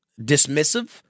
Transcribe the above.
dismissive